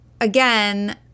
again